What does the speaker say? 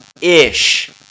ish